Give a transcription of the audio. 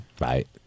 right